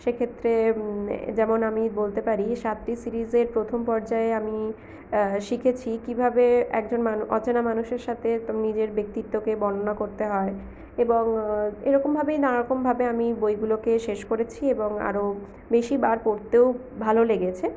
সেক্ষেত্রে যেমন আমি বলতে পারি সাতটি সিরিজের প্রথম পর্যায়ে আমি শিখেছি কীভাবে একজন অচেনা মানুষের সাথে নিজের ব্যক্তিত্বকে বর্ণনা করতে হয় এবং এরকমভাবেই নানারকমভাবে আমি বইগুলোকে শেষ করেছি এবং আরও বেশিবার পড়তেও ভালো লেগেছে